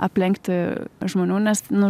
aplenkti žmonių nes nu